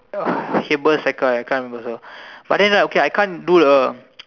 Haber cycle I can't remember also but then right okay I can't do the